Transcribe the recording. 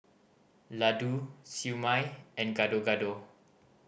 laddu Siew Mai and Gado Gado